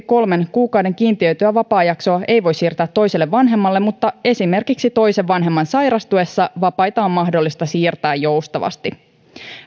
kolmen kuukauden kiintiöityä vapaajaksoa ei voi siirtää toiselle vanhemmalle mutta esimerkiksi toisen vanhemman sairastuessa vapaita on mahdollista siirtää joustavasti